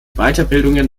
weiterbildungen